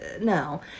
No